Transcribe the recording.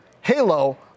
halo